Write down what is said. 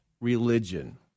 Religion